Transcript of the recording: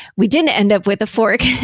we didn't end up with a fork and